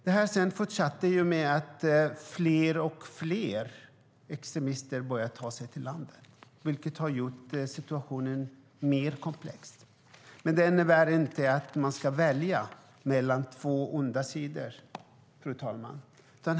Det här fortsatte sedan med att fler och fler extremister började ta sig till landet, vilket gjort situationen mer komplex. Men det innebär inte att man ska välja mellan två onda sidor, fru talman.